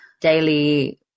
daily